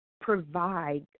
provide